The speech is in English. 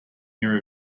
near